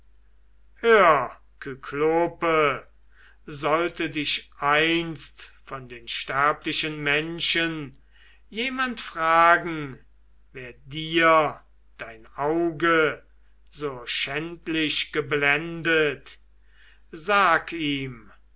hör kyklope sollte dich einst von den sterblichen menschen jemand fragen wer dir dein auge so schändlich geblendet sag ihm